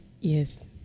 Yes